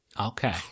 Okay